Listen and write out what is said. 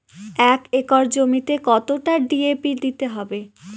এক একর জমিতে কতটা ডি.এ.পি দিতে হবে?